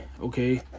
okay